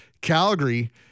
Calgary